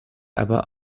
aber